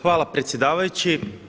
Hvala predsjedavajući.